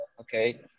okay